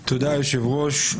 תודה, היושב-ראש.